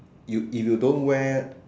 you if you don't wear